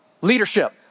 leadership